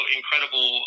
incredible